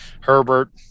Herbert